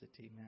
man